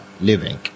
living